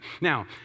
Now